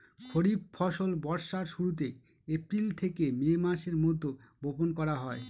খরিফ ফসল বর্ষার শুরুতে, এপ্রিল থেকে মে মাসের মধ্যে, বপন করা হয়